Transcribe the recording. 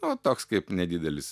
nu toks kaip nedidelis